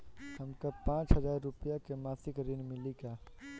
हमका पांच हज़ार रूपया के मासिक ऋण मिली का?